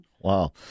Wow